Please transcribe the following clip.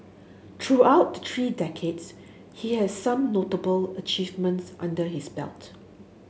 throughout the three decades he has some notable achievements under his belt